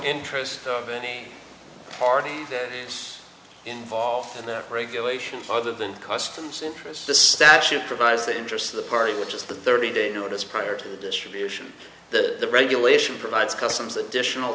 interest of any party involved and that regulation farther than the customs interests the statute provides the interest of the party which is the thirty day notice prior to the distribution the regulation provides customs additional